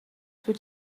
für